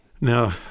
Now